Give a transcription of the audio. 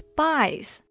Spice